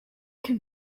can